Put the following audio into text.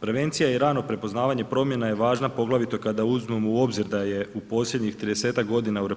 Prevencija i rano prepoznavanje promjena je važna poglavito kada uzmemo u obzir da je u posljednjih 30-tak godina u RH